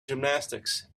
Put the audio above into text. gymnastics